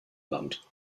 land